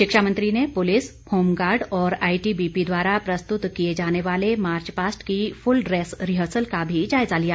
शिक्षा मंत्री ने पुलिस होमगार्ड और आईटीबीपी द्वारा प्रस्तुत किए जाने वाले मार्चपास्ट की फुल ड्रेस रिहर्सल का भी जायजा लिया